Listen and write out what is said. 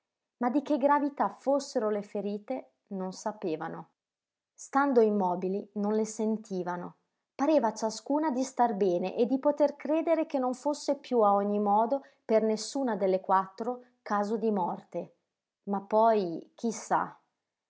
ma di che gravità fossero le ferite non sapevano stando immobili non le sentivano pareva a ciascuna di star bene e di poter credere che non fosse piú a ogni modo per nessuna delle quattro caso di morte ma poi chi